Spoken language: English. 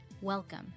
Welcome